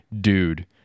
dude